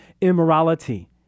immorality